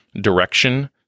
direction